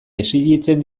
exijitzen